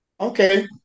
Okay